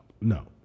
No